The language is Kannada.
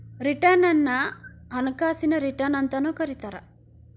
ರಿಟರ್ನ್ ಅನ್ನ ಹಣಕಾಸಿನ ರಿಟರ್ನ್ ಅಂತಾನೂ ಕರಿತಾರ